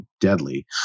deadly